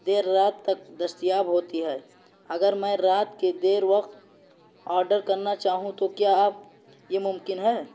دیر رات تک دستیاب ہوتی ہے اگر میں رات کے دیر وقت آرڈر کرنا چاہوں تو کیا آپ یہ ممکن ہے